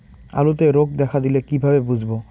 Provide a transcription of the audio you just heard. আলুতে রোগ দেখা দিলে কিভাবে বুঝবো?